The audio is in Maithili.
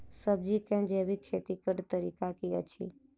सब्जी केँ जैविक खेती कऽ तरीका की अछि?